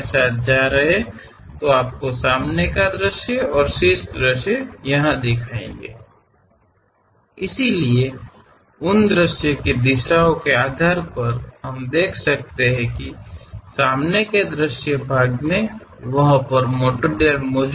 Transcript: ಆದ್ದರಿಂದ ಆ ವೀಕ್ಷಣೆ ನಿರ್ದೇಶನಗಳನ್ನು ಆಧರಿಸಿ ಮುಂಭಾಗದ ನೋಟ ಭಾಗವು ಆ ವಸ್ತು ಅಂಶವನ್ನು ಹೊಂದಿರುವುದನ್ನು ನಾವು ನೋಡಬಹುದು